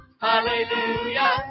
Hallelujah